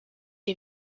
ihr